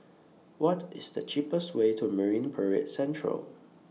What IS The cheapest Way to Marine Parade Central